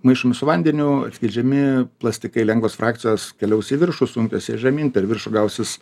maišomi su vandeniu atskiedžiami plastikai lengvos frakcijos keliaus į viršų sunkios į žemyn per viršų gausis